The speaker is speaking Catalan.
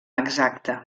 exacte